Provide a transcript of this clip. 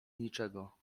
niczego